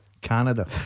Canada